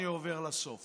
אני עובר לסוף